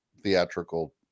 theatrical